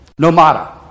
Nomada